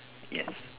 yes